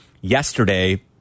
yesterday